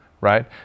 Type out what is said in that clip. right